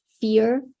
fear